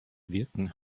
wirken